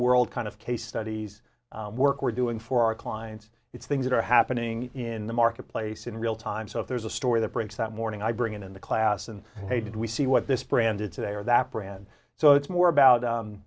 world kind of case studies work we're doing for our clients it's things that are happening in the marketplace in real time so if there's a story that breaks that morning i bring it in the class and hey did we see what this branded today or that brand so it's more about